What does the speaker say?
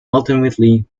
ultimately